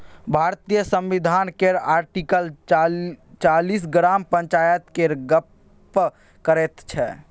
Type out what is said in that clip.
भारतीय संविधान केर आर्टिकल चालीस ग्राम पंचायत केर गप्प करैत छै